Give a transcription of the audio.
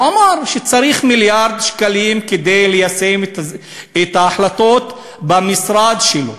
אמר שצריך מיליארד שקלים כדי ליישם את ההחלטות במשרד שלו.